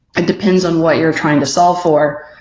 ah depends on what you're trying to solve for.